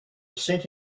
cent